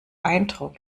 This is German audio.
eindruck